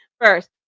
first